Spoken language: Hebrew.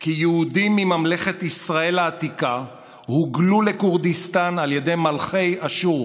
כי יהודים מממלכת ישראל העתיקה הוגלו לכורדיסטן על ידי מלכי אשור,